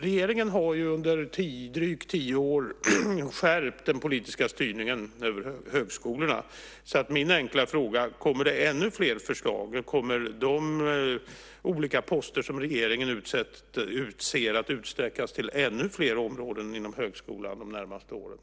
Regeringen har under drygt tio år skärpt den politiska styrningen av högskolorna. Min enkla fråga är: Kommer det ännu fler förslag? Kommer de olika poster som regeringen utser att utsträckas till ännu fler områden inom högskolan de närmaste åren?